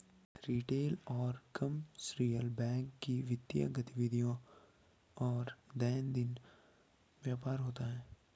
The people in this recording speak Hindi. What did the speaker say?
रिटेल और कमर्शियल बैंक में वित्तीय गतिविधियों और दैनंदिन व्यापार होता है